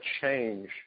change